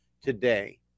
today